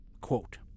quote